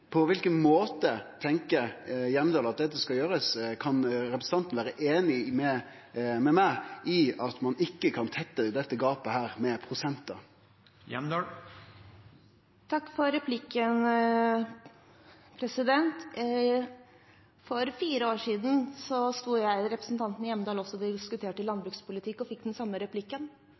På kva måte tenkjer Hjemdal at dette skal gjerast? Kan representanten vere einig med meg i at ein ikkje kan tette dette gapet med prosentar? Takk for replikken. For fire år siden sto jeg som representant og diskuterte landbrukspolitikk og fikk den samme replikken.